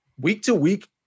week-to-week